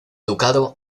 ducado